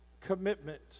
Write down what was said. commitment